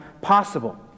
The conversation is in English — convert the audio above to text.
possible